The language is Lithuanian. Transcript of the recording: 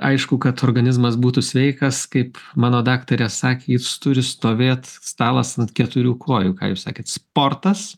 aišku kad organizmas būtų sveikas kaip mano daktarė sakė jis turi stovėt stalas ant keturių kojų ką jūs sakėt sportas